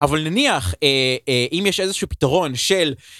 אבל נניח אם יש איזשהו פתרון של...